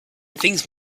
things